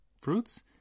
fruits